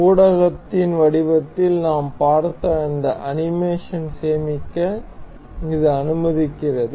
ஊடகத்தின் வடிவத்தில் நாம் பார்த்த இந்த அனிமேஷனை சேமிக்க இது அனுமதிக்கிறது